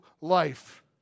life